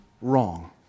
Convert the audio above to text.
wrong